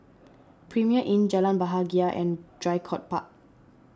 Premier Inn Jalan Bahagia and Draycott Park